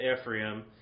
Ephraim